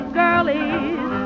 girlies